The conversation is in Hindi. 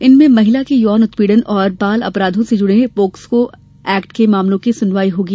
इनमें महिला के यौन उत्पीड़न और बाल अपराधों से जुड़े पॉक्सो एक्ट के मामलों की सुनवाई होगी